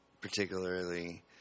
particularly